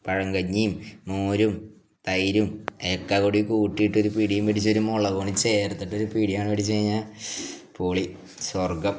പഴങ്കഞ്ഞിയും മോരും തൈരും ഒക്കെ കൂടി കൂട്ടി ഇട്ടൊരു പിടിയും പിടിച്ചൊരു മുളക് ചേർത്തിട്ടൊരു പിടിയാണ് പിടിച്ച് കഴിഞ്ഞാൽ പൊളി സ്വർഗം